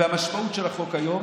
והמשמעות של החוק היום,